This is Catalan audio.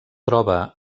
troba